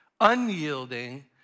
unyielding